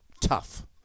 tough